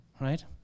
right